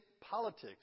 politics